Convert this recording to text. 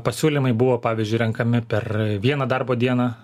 pasiūlymai buvo pavyzdžiui renkami per vieną darbo dieną